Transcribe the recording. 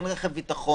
אין רכב ביטחון,